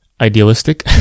idealistic